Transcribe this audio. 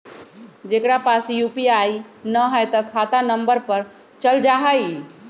जेकरा पास यू.पी.आई न है त खाता नं पर चल जाह ई?